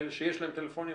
לאלה שיש להם טלפונים,